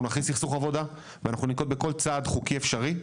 אנחנו נכריז סכסוך עבודה ואנחנו ננקוט בכל צעד חוקי אפשרי,